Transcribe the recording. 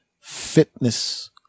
fitness